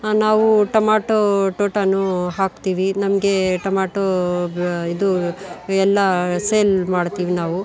ಹಾಂ ನಾವು ಟೊಮಾಟೋ ತೋಟನೂ ಹಾಕ್ತೀವಿ ನಮಗೆ ಟೊಮಾಟೋ ಇದು ಎಲ್ಲ ಸೇಲ್ ಮಾಡ್ತೀವಿ ನಾವು